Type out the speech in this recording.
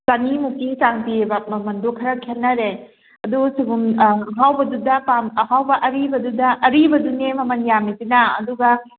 ꯆꯅꯤ ꯃꯨꯛꯀꯤ ꯆꯥꯡ ꯄꯤꯌꯦꯕ ꯃꯃꯜꯗꯨ ꯈꯔ ꯈꯦꯠꯅꯔꯦ ꯑꯗꯨ ꯁꯣꯏꯕꯨꯝ ꯑꯍꯥꯎꯕꯗꯨꯗ ꯑꯍꯥꯎꯕ ꯑꯔꯤꯕꯗꯨꯗ ꯑꯔꯤꯕꯗꯨꯅꯦ ꯃꯃꯜ ꯌꯥꯝꯃꯤꯁꯤꯅ ꯑꯗꯨꯒ